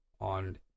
on